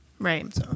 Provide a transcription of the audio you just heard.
Right